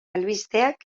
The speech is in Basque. albisteak